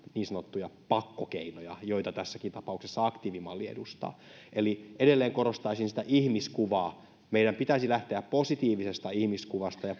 niin sanottuja pakkokeinoja joita tässäkin tapauksessa aktiivimalli edustaa eli edelleen korostaisin sitä ihmiskuvaa meidän pitäisi lähteä positiivisesta ihmiskuvasta ja